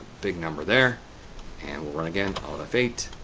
big number there and we'll run again. alt f eight,